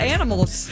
Animals